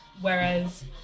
whereas